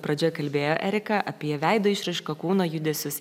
pradžioje kalbėjo erika apie veido išraišką kūno judesius